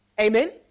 Amen